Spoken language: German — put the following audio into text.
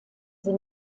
sie